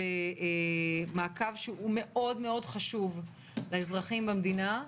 במעקב שהוא מאוד מאוד חשוב לאזרחים במדינה,